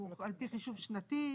הוא על פי חישוב שנתי,